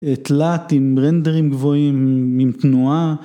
תלת עם רנדרים גבוהים עם תנועה.